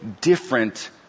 different